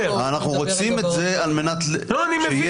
אנחנו רוצים את זה על מנת שיהיה --- אני מבין,